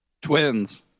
Twins